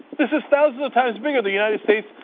this is thousands of times bigger, the united states,